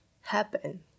happen